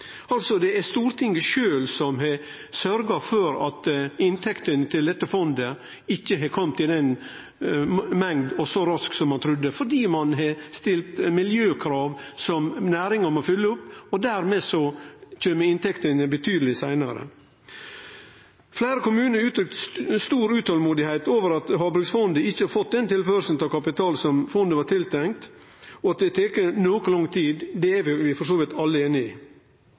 altså Stortinget sjølv som har sørgd for at inntektene til dette fondet ikkje har kome i den mengda og så raskt som ein trudde – ein har stilt miljøkrav som næringa må oppfylle, og dermed kjem inntektene betydeleg seinare. Fleire kommunar har uttrykt stort utolmod over at havbruksfondet ikkje har fått den tilførselen av kapital som fondet var tiltenkt, og at dette har tatt noko lang tid, det er vi for så vidt alle einige om. Men dette vil endre seg, og vi vil i